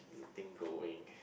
the thing going